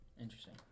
Interesting